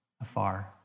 afar